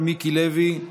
מיקי לוי,